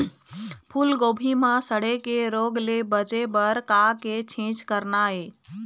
फूलगोभी म सड़े के रोग ले बचे बर का के छींचे करना ये?